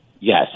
Yes